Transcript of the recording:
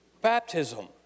baptism